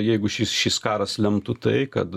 jeigu šis šis karas lemtų tai kad